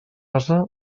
ase